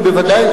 אני בוודאי,